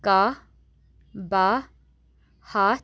کاہ باہ ہَتھ